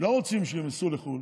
לא רוצים שהם ייסעו לחו"ל,